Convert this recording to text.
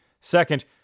Second